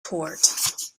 court